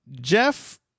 jeff